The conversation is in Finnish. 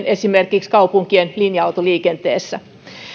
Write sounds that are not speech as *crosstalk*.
*unintelligible* esimerkiksi kaupunkien linja autoliikenteessä